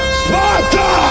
sparta